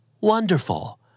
Wonderful